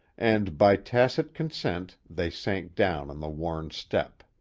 and by tacit consent they sank down on the worn step.